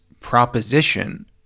proposition